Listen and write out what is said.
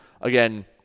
again